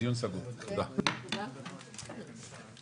ננעלה בשעה 11:36.